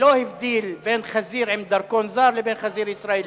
לא הבדילו בין חזיר עם דרכון זר לבין חזיר ישראלי.